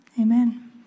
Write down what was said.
amen